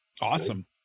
Awesome